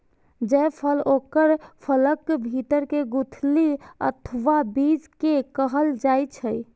जायफल ओकर फलक भीतर के गुठली अथवा बीज कें कहल जाइ छै